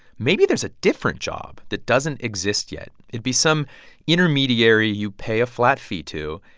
maybe there's a different job that doesn't exist yet. it'd be some intermediary you pay a flat fee to,